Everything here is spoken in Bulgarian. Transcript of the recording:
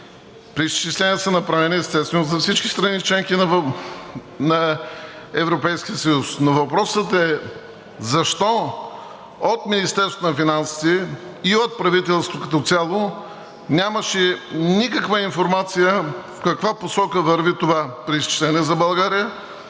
Преизчисления са направени, естествено, за всички страни –членки на Европейския съюз, но въпросът е защо от Министерството на финансите и от правителството като цяло нямаше никаква информация в каква посока върви това преизчисление за България